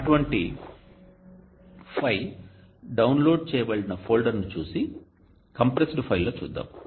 అటువంటి file download చేయబడిన ఫోల్డర్ను చూసి కంప్రెస్డ్ ఫైల్లో చూద్దాం